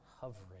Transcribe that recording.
hovering